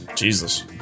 Jesus